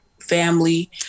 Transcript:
family